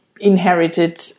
Inherited